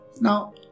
Now